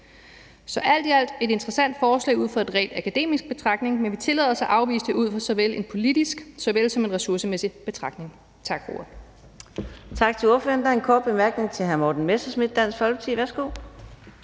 i alt er det et interessant forslag ud fra en rent akademisk betragtning, men vi tillader os at afvise det ud fra såvel en politisk som en ressourcemæssig betragtning. Tak for